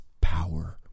power